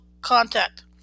contact